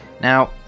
Now